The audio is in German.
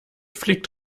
fliegt